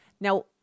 Now